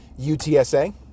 UTSA